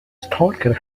stalker